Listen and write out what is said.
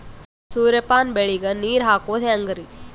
ಸೂರ್ಯಪಾನ ಬೆಳಿಗ ನೀರ್ ಹಾಕೋದ ಹೆಂಗರಿ?